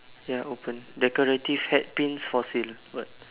ya open decorative head Pins for sale what